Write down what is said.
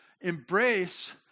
embrace